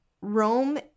Rome